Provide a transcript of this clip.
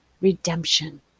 redemption